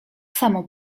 samo